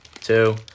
two